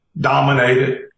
dominated